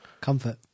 Comfort